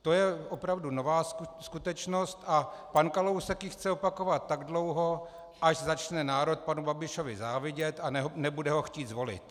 To je opravdu nová skutečnost a pan Kalousek ji chce opakovat tak dlouho, až začne národ panu Babišovi závidět a nebude ho chtít zvolit.